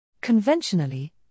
Conventionally